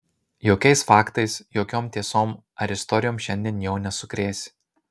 jokiais faktais jokiom tiesom ar istorijom šiandien jau nesukrėsi